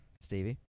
Stevie